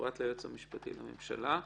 פרט ליועץ המשפטי לממשלה,